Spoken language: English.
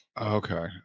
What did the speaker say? okay